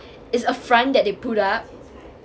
it's a front that they put up